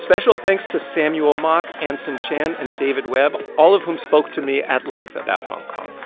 special thanks to samuel mok, anson chan and david webb, all of whom spoke to me at length about hong kong.